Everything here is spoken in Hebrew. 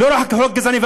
לא רק חוק גזעני,